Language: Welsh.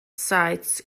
saets